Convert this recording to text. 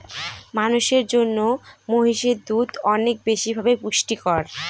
মানুষের জন্য মহিষের দুধ অনেক বেশি ভাবে পুষ্টিকর